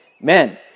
men